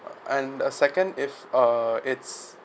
and uh second if uh it's